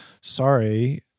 Sorry